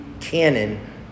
canon